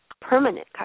permanent